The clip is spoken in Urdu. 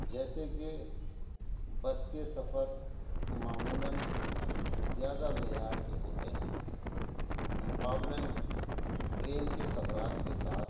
جیسے کہ بس کے سفر معمولاً زیادہ معیار کے ہوتے ہیں مقابلاً ٹرین کے سفرات کے ساتھ